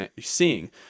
seeing